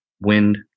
wind